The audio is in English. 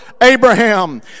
Abraham